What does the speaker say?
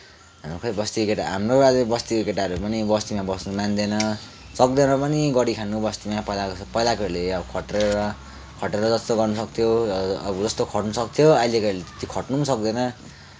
खोइ बस्तीका केटा हाम्रै अब बस्तीका केटाहरू पनि बस्तीमा बस्न मान्दैन सक्दैन पनि गरि खान बस्तीमा पहिलाको जस्तो पहिलाकोहरूले खटेर खटेर जस्तो गर्न सक्थ्यो अहिलेकाहरूले त्यति खट्न पनि सक्दैन